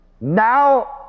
now